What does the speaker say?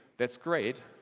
that's great,